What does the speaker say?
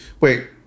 wait